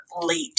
late